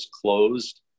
closed